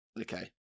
Okay